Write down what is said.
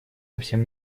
совсем